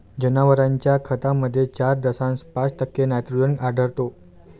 जनावरांच्या खतामध्ये चार दशांश पाच टक्के नायट्रोजन आढळतो